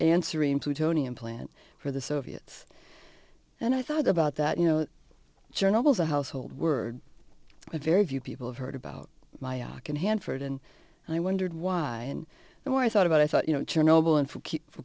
answer to tony implant for the soviets and i thought about that you know journals a household word very few people have heard about my aachen hanford and i wondered why and why i thought about i thought you know